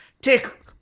Tick